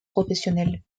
professionnels